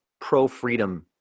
pro-freedom